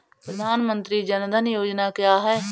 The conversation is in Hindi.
प्रधानमंत्री जन धन योजना क्या है?